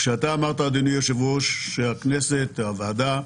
כשאתה אמרת, אדוני היושב-ראש, שהכנסת, הוועדה,